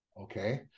Okay